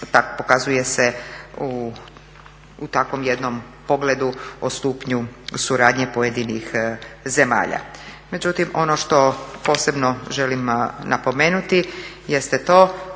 tako pokazuje se u takvom jednom pogledu o stupnju suradnje pojedinih zemalja. Međutim, ono što posebno želim napomenuti jeste to